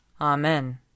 Amen